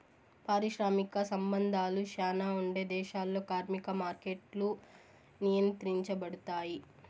పారిశ్రామిక సంబంధాలు శ్యానా ఉండే దేశాల్లో కార్మిక మార్కెట్లు నియంత్రించబడుతాయి